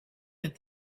that